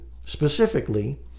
specifically